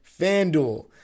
FanDuel